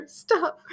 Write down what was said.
stop